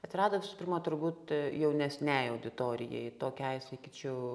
atsirado pirma turbūt jaunesniajai auditorijai tokiai sakyčiau